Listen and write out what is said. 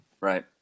Right